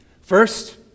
First